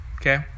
Okay